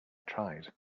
tried